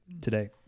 today